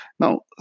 Now